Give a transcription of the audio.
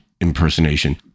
impersonation